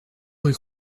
rue